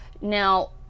Now